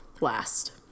last